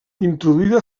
introduïda